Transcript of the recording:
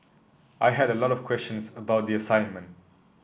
I had a lot of questions about the assignment